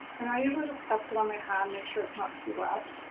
and i usually just test it on my hand, make sure it's not too wet.